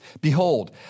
Behold